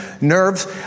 nerves